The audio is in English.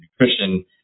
nutrition